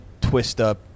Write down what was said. twist-up